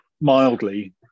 mildly